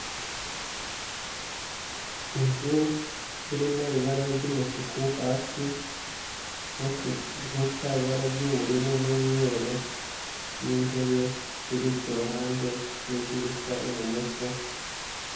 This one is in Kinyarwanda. Inzu irimo ibara ry'umutuku hasi no ku nkuta ibara ry'ubururu n'umweru n'intebe ziri ku ruhande n'idirishya ibumoso...